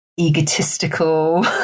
egotistical